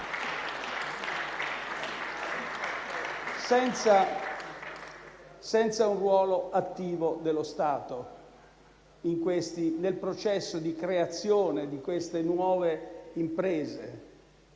senza un ruolo attivo dello Stato nel processo di creazione delle nuove imprese?